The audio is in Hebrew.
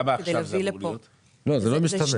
מתוך